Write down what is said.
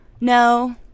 No